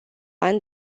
ani